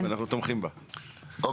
ואנחנו נשארים בה כן,